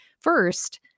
First